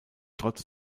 trotz